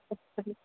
சே சரி